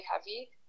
heavy